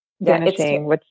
vanishing